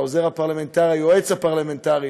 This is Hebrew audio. היועץ הפרלמנטרי,